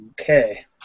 Okay